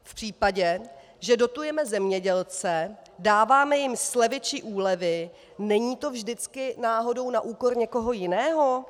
V případě, že dotujeme zemědělce, dáváme jim slevy či úlevy, není to vždycky náhodou na úkor někoho jiného?